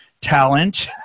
talent